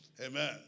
Amen